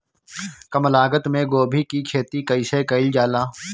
कम लागत मे गोभी की खेती कइसे कइल जाला?